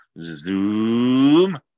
Zoom